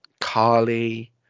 Carly